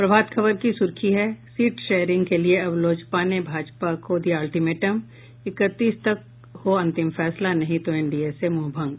प्रभात खबर की सुर्खी है सीट शेयरिंग के लिए अब लोजपा ने भाजपा को दिया अल्टीमेटम इकतीस तक हो अंतिम फैसला नहीं तो एनडीए से मोहभंग